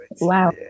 wow